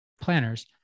planners